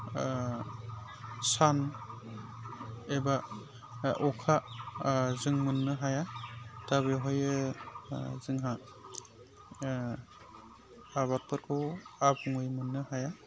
सान एबा अखा जों मोननो हाया दा बेवहायो जोंहा आबादफोरखौ आबुङै मोननो हाया